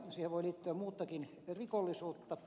siihen voi liittyä muutakin rikollisuutta